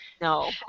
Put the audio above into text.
no